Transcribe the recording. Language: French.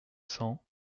cent